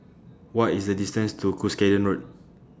What IS The distance to Cuscaden Road